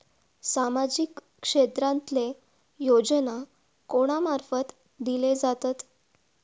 सामाजिक क्षेत्रांतले योजना कोणा मार्फत दिले जातत?